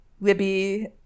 Libby